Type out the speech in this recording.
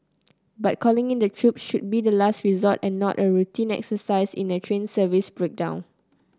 but calling in the troops should be the last resort and not a routine exercise in a train service breakdown